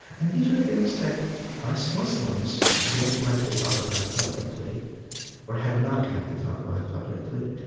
and these are things that us muslims don't like to talk about publicly or have not liked to talk about publicly.